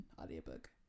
audiobook